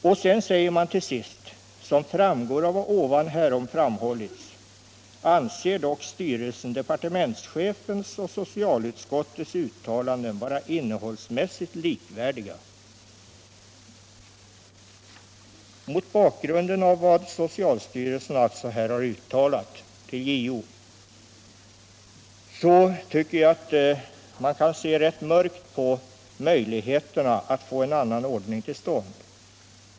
Till sist säger socialstyrelsen: ”Som framgår av vad ovan härom framhållits, anser dock styrelsen departementschefens och socialutskottets uttalanden vara innehållsmässigt likvärdiga.” Mot bakgrunden av vad socialstyrelsen här uttalat till JO tycker jag att man måste se rätt mörkt på möjligheterna att få en annan ordning till stånd.